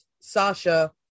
Sasha